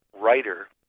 writer